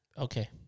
Okay